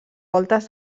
voltes